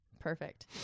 Perfect